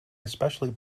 especially